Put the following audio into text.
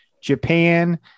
Japan